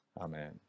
Amen